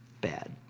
bad